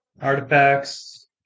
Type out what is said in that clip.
Artifacts